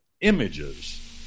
images